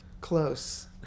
Close